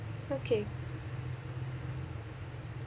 okay